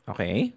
Okay